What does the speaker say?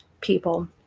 people